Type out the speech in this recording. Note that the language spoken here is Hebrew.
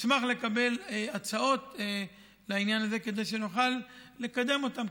אשמח לקבל הצעות בעניין הזה כדי שנוכל לקדם אותן,